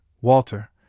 Walter